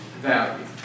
value